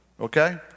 Okay